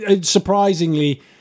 surprisingly